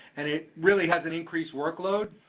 and it really hasn't increased workload,